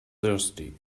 thirsty